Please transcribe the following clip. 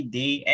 day